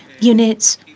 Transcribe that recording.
units